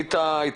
כן.